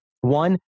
one